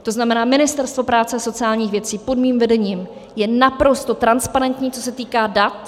To znamená, Ministerstvo práce a sociálních věcí pod mým vedením je naprosto transparentní, co se týká dat.